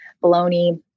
bologna